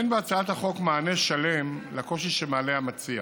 אין בהצעת החוק מענה שלם לקושי שמעלה המציע,